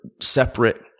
separate